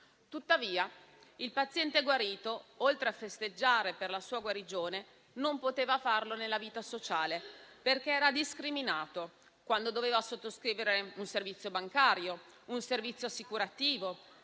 Tuttavia, il paziente guarito non poteva festeggiare la sua guarigione nella vita sociale, perché era discriminato quando doveva sottoscrivere un servizio bancario, un servizio assicurativo,